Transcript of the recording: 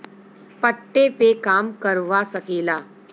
पट्टे पे काम करवा सकेला